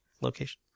location